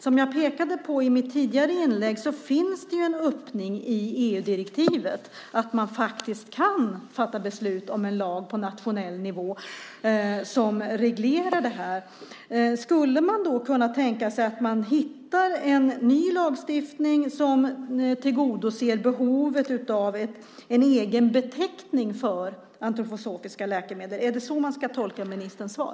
Som jag pekade på i mitt tidigare inlägg finns det en öppning i EU-direktivet om att man faktiskt kan fatta beslut om en lag på nationell nivå som reglerar det här. Skulle man då kunna tänka sig att man hittar en ny lagstiftning som tillgodoser behovet av en egen beteckning för antroposofiska läkemedel? Är det så man ska tolka ministerns svar?